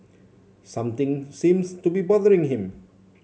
something seems to be bothering him